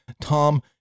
Tom